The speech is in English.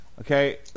Okay